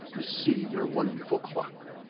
to see your wonderful clock!